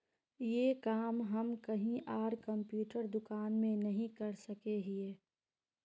ये काम हम कहीं आर कंप्यूटर दुकान में नहीं कर सके हीये?